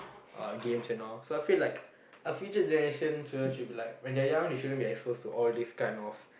uh games and all so I feel like our future generation you all should be like when they are young you shouldn't be exposed to all these kind of